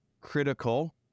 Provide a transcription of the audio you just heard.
critical